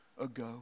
ago